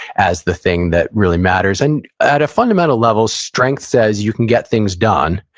as the thing that really matters. and at a fundamental level, strength says, you can get things done.